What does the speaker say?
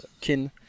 kin